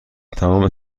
تمام